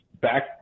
back